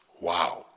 Wow